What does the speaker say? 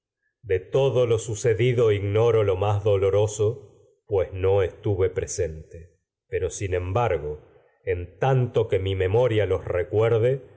mensajero ella dido ignoro lo más doloroso en estuve presente pero sin embargo tanto que mi memoria los recuer